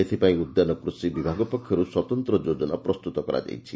ଏଥିପାଇଁ ଉଦ୍ୟାନ କୃଷି ବିଭାଗ ପକ୍ଷରୁ ସ୍ୱତନ୍ତ ଯୋଜନା ପ୍ରସ୍ତୁତ କରାଯାଇଛି